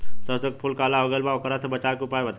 सरसों के फूल काला हो गएल बा वोकरा से बचाव के उपाय बताई?